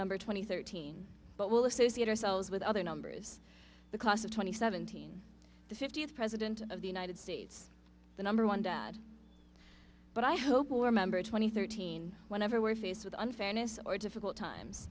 twenty thirteen but will associate ourselves with other numbers the class of twenty seventeen the fiftieth president of the united states the number one dad but i hope will remember twenty thirteen whenever we're faced with unfairness or difficult times